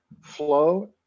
flow